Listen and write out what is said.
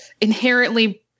inherently